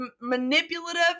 manipulative